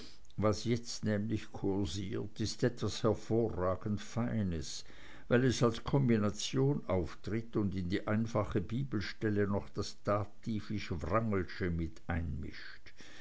was jetzt nämlich kursiert ist etwas hervorragend feines weil es als kombination auftritt und in die einfache bibelstelle noch das dativisch wrangelsche mit einmischt